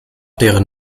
deren